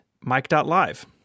Mike.live